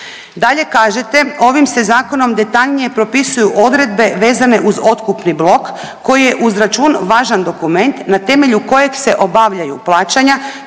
Dalje kažete ovim se zakonom detaljnije propisuju odredbe vezane uz otkupni blok koji je uz račun važan dokument na temelju kojeg se obavljaju plaćanja